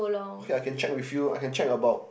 okay I can check with you I can check about